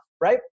right